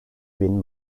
bin